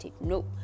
no